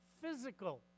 physical